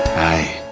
i